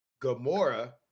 Gamora